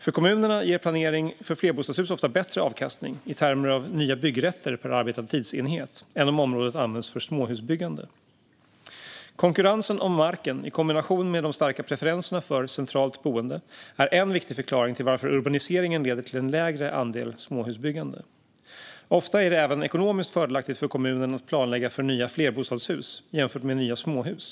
För kommunerna ger planering för flerbostadshus ofta bättre avkastning i termer av nya byggrätter per arbetad tidsenhet än om området används för småhusbyggande. Konkurrensen om marken i kombination med de starka preferenserna för centralt boende är en viktig förklaring till att urbaniseringen leder till en lägre andel småhusbyggande. Ofta är det även ekonomiskt fördelaktigt för kommunen att planlägga för nya flerbostadshus jämfört med nya småhus.